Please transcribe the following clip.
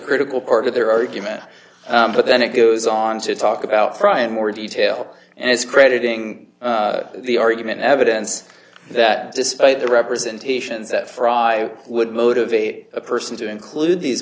critical part of their argument but then it goes on to talk about fry in more detail and discrediting the argument evidence that despite the representations that fry would motivate a person to include these